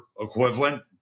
equivalent